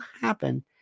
happen